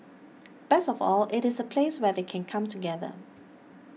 best of all it is a place where they can come together